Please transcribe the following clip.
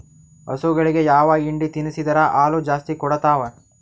ಹಸುಗಳಿಗೆ ಯಾವ ಹಿಂಡಿ ತಿನ್ಸಿದರ ಹಾಲು ಜಾಸ್ತಿ ಕೊಡತಾವಾ?